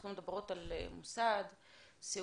אנחנו מדברים על מוסד סיעוד.